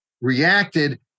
reacted